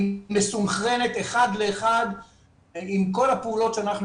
היא מסונכרנת אחד לאחד עם כל הפעולות שאנחנו